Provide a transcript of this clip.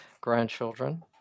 grandchildren